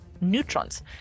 neutrons